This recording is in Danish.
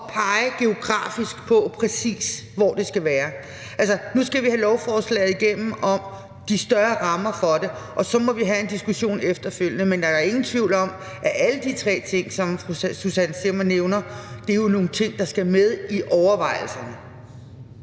pege på, præcis hvor det skal være. Altså, nu skal vi have lovforslaget igennem om de større rammer for det, og så må vi have en diskussion efterfølgende. Men der er da ingen tvivl om, at alle de tre ting, som fru Susanne Zimmer nævner, jo er nogle ting, der skal med i overvejelserne.